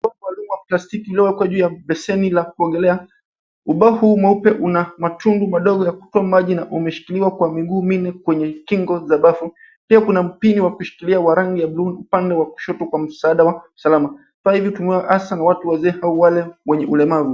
Ubao wa plastiki uliowekwa juu ya beseni la kuogelea. Ubao huu mweupe una matundu madogo ya kutoa maji na umeshikiliwa kwa miguu minne kwenye kingo za bafu. Pia kuna mpini wa kushikilia wa rangi ya blue upande wa kushoto kwa msaada wa usalama. Vifaa hivi hutumiwa hasa na watu wazee au wale wenye ulemavu.